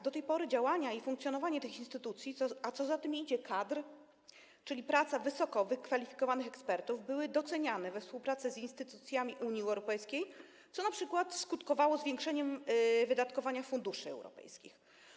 Do tej pory działania i funkcjonowanie tych instytucji, a co za tym idzie, kadr, czyli praca wysoko wykwalifikowanych ekspertów, były doceniane we współpracy z instytucjami Unii Europejskiej, co np. skutkowało zwiększeniem wydatkowania funduszy europejskich.